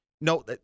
No